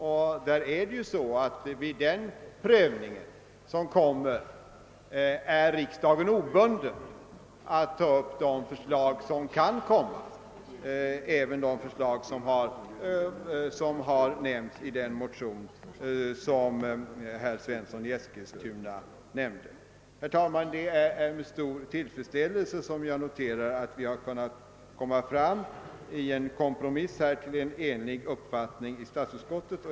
Vid den prövningen är riksdagen obunden och följaktligen oförhindrad att ta upp de förslag som kan framläggas — även de förslag som har berörts i den motion herr Svensson i Eskilstuna nämnde. Herr talman! Det är med stor tillfredsställelse jag noterar att vi genom en kompromiss har kunna komma fram till en enig uppfattning i statsutskottet.